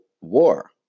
war